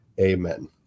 Amen